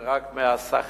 זה רק מהשכר